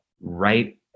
right